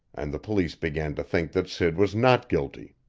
and the police began to think that sid was not guilty.